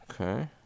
okay